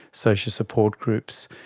social support groups.